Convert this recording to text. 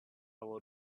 will